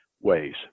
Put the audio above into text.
ways